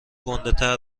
گندهتر